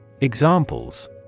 Examples